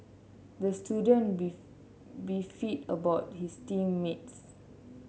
the student beef beefed about his team mates